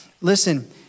Listen